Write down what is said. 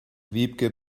wiebke